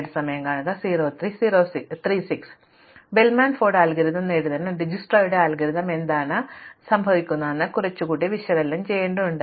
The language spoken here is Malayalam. അതിനാൽ ബെൽമാൻ ഫോർഡ് അൽഗോരിതം നേടുന്നതിന് ഡിജ്സ്ക്രയുടെ അൽഗോരിതം എന്താണ് സംഭവിക്കുന്നതെന്ന് കുറച്ചുകൂടി വിശകലനം ചെയ്യേണ്ടതുണ്ട്